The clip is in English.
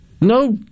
No